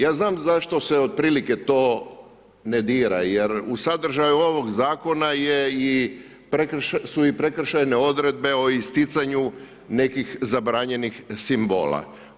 Ja znam zašto se otprilike to ne dira jer u sadržaju ovog Zakona su i prekršajne odredbe o isticanju nekih zabranjenih simbola.